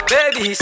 Baby